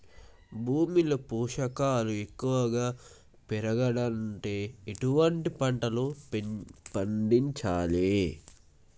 భూమిలో పోషకాలు ఎక్కువగా పెరగాలంటే ఎటువంటి పంటలు పండించాలే?